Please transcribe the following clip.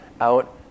out